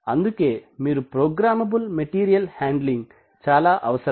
అందుకే మీకు programmable material handling చాలా అవసరం